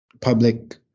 public